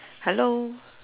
hello